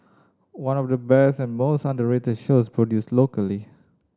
one of the best and most underrated shows produced locally